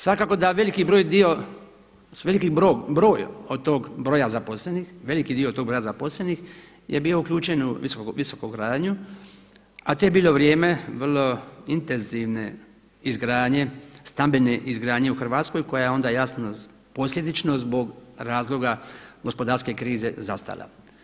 Svakako da veliki dio su veliki broj od tog broja zaposlenih, veliki dio od toga broja zaposlenih je bio uključen u visokogradnju, a to je bilo vrijeme vrlo intenzivne izgradnje stambene izgradnje u Hrvatskoj koja je onda jasno posljedično zbog razloga gospodarske krize zastala.